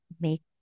make